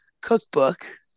cookbook